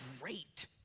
great